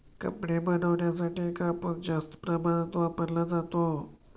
कपडे बनवण्यासाठी कापूस जास्त प्रमाणात वापरला जातो